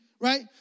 right